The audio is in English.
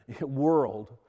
world